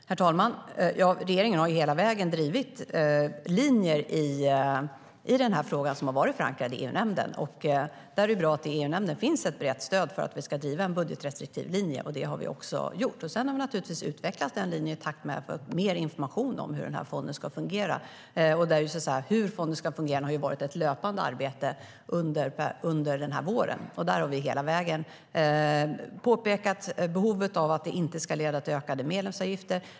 Herr talman! Regeringen har hela vägen drivit linjer i denna fråga som har varit förankrade i EU-nämnden. Det är bra att det i EU-nämnden finns ett brett stöd för att vi ska driva en budgetrestriktiv linje, och det har vi också gjort. Sedan har vi naturligtvis utvecklat denna linje i takt med att vi har fått mer information om hur denna fond ska fungera. Hur fonden ska fungera har varit ett löpande arbete under den här våren. Vi har hela vägen pekat på behovet av att det inte ska leda till ökade medlemsavgifter.